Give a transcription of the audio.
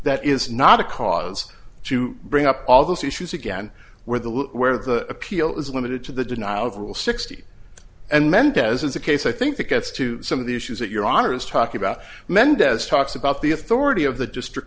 that is not a cause to bring up all those issues again where the where the appeal is limited to the denial of rule sixty and mendez's the case i think that gets to some of the issues that your honor is talking about mendez talks about the authority of the district